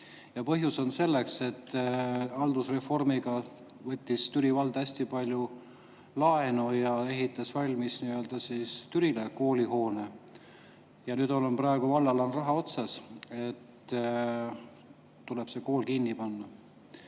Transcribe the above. põhjus on selles, et haldusreformiga võttis Türi vald hästi palju laenu ja ehitas valmis Türile koolihoone. Praegu on vallal raha otsas, tuleb see kool kinni panna.